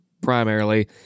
primarily